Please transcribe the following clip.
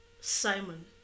simon